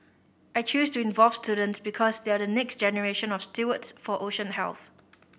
I chose to involve students because they are the next generation of stewards for ocean health